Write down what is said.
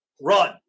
run